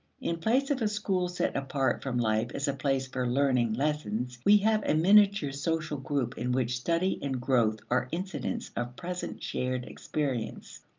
in place of a school set apart from life as a place for learning lessons, we have a miniature social group in which study and growth are incidents of present shared experience.